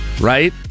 right